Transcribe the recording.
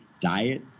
diet